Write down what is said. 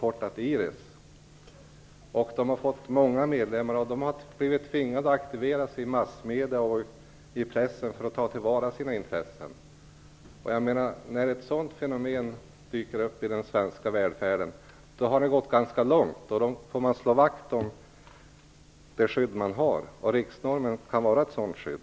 Organisationen har fått många medlemmar. De har blivit tvingade att aktivera sig i pressen och andra massmedier för att ta till vara sina intressen. När ett sådant fenomen dyker upp i den svenska välfärden har det gått ganska långt. Då får man slå vakt om det skydd man har. Riksnormen kan vara ett sådant skydd.